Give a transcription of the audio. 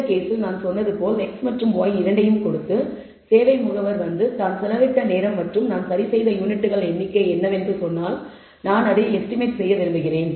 இந்த கேஸில் நான் சொன்னது போல் x மற்றும் y இரண்டையும் கொடுத்துசேவை முகவர் வந்து தான் செலவிட்ட நேரம் மற்றும் நான் சரிசெய்த யூனிட்கள் எண்ணிக்கை என்று சொன்னால் நான் அதை மதிப்பிட விரும்புகிறேன்